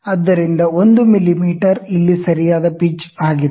ಆದ್ದರಿಂದ 1 ಮಿಮೀ ಇಲ್ಲಿ ಸರಿಯಾದ ಪಿಚ್ ಆಗಿದೆ